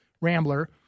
Rambler